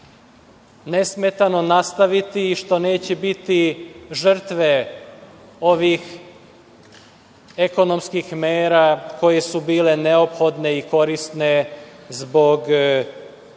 nesmetano nastaviti i što neće biti žrtve ovih ekonomskih mera koje su bile neophodne i korisne zbog